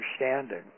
understanding